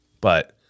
but-